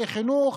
לחינוך,